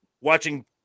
watching